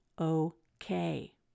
okay